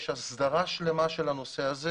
יש הסדרה שלמה של הנושא הזה